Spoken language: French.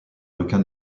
requin